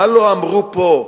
מה לא אמרו פה,